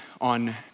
on